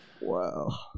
Wow